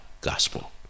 gospel